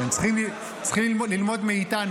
צריכים ללמוד מאיתנו.